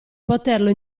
poterlo